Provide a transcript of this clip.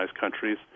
countries